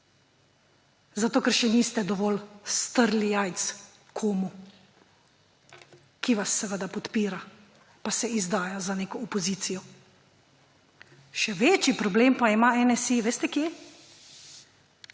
glasov, ker še niste dovolj »strli jajc« komu, ki vas seveda podpira pa se izdaja za neko opozicijo. Še večji problem pa ima NSi – veste, kje?